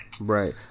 Right